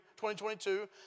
2022